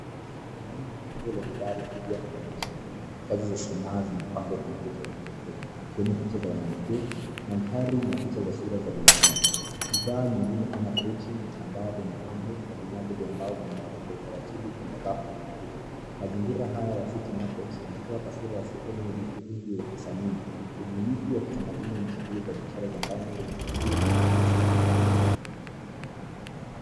Ndani ya jengo lenye dari kubwa na madirisha mengi, kazi za sanaa zimepangwa kwa mvuto wa kipekee ukionyesha picha za wanyapori, mandhari na sura za picha za binadamu. Bidhaa nyingine kama pochi, vitambaa vya mapambo na vinyago vya mbao vimewekwa kwa utaratibu kwenye rafu na ukuta. Mazingira haya ya city market unatoa taswira ya sehemu yenye urithi wa kisanii, ubunifu wa kitamaduni na shuguli za biashara za ndani zenye utajiri wa kihistoria.